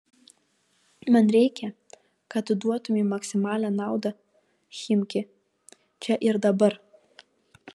man reikia kad tu duotumei maksimalią naudą chimki čia ir dabar